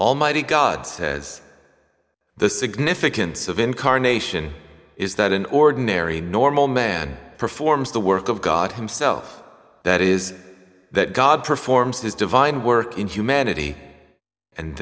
almighty god says the significance of incarnation is that an ordinary normal man performs the work of god himself that is that god performs his divine work in humanity and